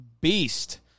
beast